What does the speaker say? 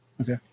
Okay